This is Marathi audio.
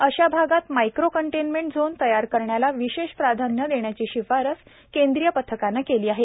अशा भागात मायक्रो कंटेन्मेंट झोन तयार करण्याला विशेष प्राधान्य देण्याची शिफारस केंद्रीय पथकाने केली आहे